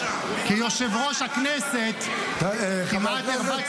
כשאזרחי ישראל רואים את חוסר התרבות -- חוסר תרבות.